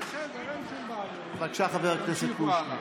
בסדר, אין שום בעיות, בבקשה, חבר הכנסת קושניר.